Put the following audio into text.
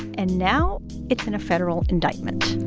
and now it's in a federal indictment